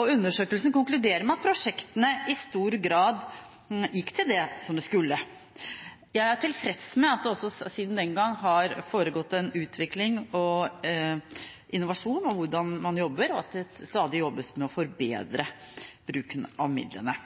Undersøkelsen konkluderer med at prosjektmidlene i stor grad gikk til det som de skulle. Jeg er tilfreds med at det også siden den gang har foregått en utvikling og innovasjon når det gjelder hvordan man jobber, og at det stadig jobbes med å forbedre bruken av midlene.